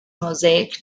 mosaic